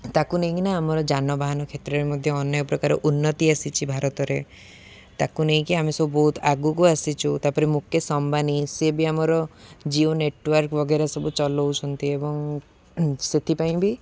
ତାକୁ ନେଇକିନା ଆମର ଯାନବାହାନ କ୍ଷେତ୍ରରେ ମଧ୍ୟ ଅନେକ ପ୍ରକାର ଉନ୍ନତି ଆସିଛିି ଭାରତରେ ତାକୁ ନେଇକି ଆମେ ସବୁ ବହୁତ ଆଗକୁ ଆସିଛୁ ତା'ପରେ ମୁକେଶ ଅମ୍ବାନୀ ସିଏ ବି ଆମର ଜିଓ ନେଟୱାର୍କ ବଗେରା ସବୁ ଚଲଉଛନ୍ତି ଏବଂ ସେଥିପାଇଁ ବି